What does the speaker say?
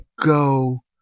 Go